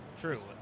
True